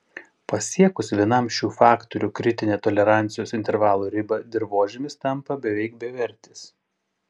pasiekus vienam šių faktorių kritinę tolerancijos intervalo ribą dirvožemis tampa beveik bevertis